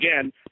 again